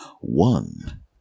One